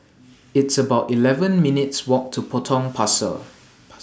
It's about eleven minutes' Walk to Potong Pasir Pasir